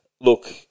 Look